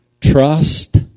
trust